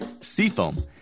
Seafoam